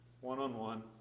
one-on-one